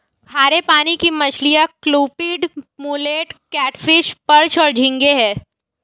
खारे पानी की मछलियाँ क्लूपीड, मुलेट, कैटफ़िश, पर्च और झींगे हैं